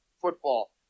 football